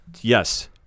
Yes